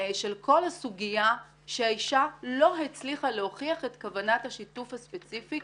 של כל הסוגיה שהאישה לא הצליחה את כוונת השיתוף הספציפי.